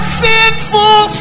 sinful